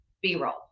b-roll